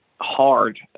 hard